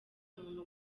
umuntu